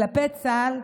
כלפי צה"ל,